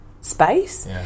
space